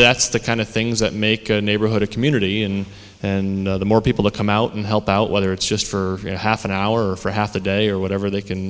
that's the kind of things that make a neighborhood a community in and the more people to come out and help out whether it's just for half an hour for half a day or whatever they can